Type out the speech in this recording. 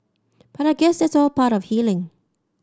but I guess that's all part of healing